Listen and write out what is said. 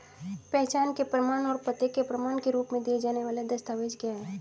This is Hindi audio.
पहचान के प्रमाण और पते के प्रमाण के रूप में दिए जाने वाले दस्तावेज क्या हैं?